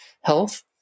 health